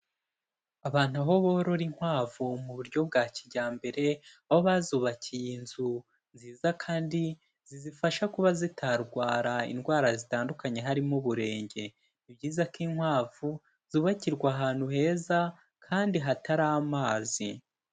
Abantu aho borora inkwavu mu buryo bwa kijyambere aho bazubakiye inzu nziza kandi zizifasha kuba zitarwara indwara zitandukanye harimo uburenge, ni byiza ko inkwavu zubakirwa ahantu heza kandi hatari amazi.